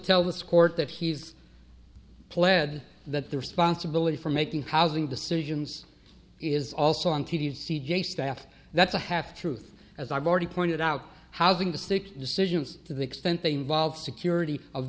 tell this court that he's pled that the responsibility for making housing decisions is also on t v c j staff that's a half truth as i've already pointed out housing district decisions to the extent they involve security of